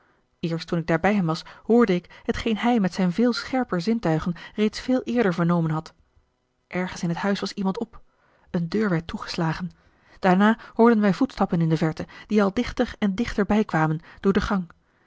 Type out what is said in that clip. toen ik daar bij hem was hoorde ik hetgeen hij met zijn veel scherper zintuigen reeds veel eerder vernomen had ergens in het huis was iemand op een deur werd toegeslagen daarna hoorden wij voetstappen in de verte die al dichter en dichter bij kwamen door de gang